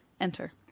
Enter